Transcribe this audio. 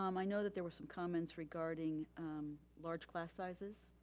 um i know that there were some comments regarding large class sizes.